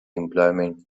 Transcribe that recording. employment